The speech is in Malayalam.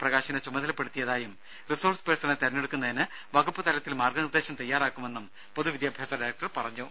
പ്രകാശിനെ ചുമതലപ്പെടുത്തിയതായും റിസോഴ്സ് പേഴ്സണെ തെരഞ്ഞെടുക്കുന്നതിന് വകുപ്പ് തലത്തിൽ മാർഗ്ഗ നിർദ്ദേശം തയ്യാറാക്കുമെന്നും പൊതുവിദ്യാഭ്യാസ ഡയറക്ടർ പറഞ്ഞു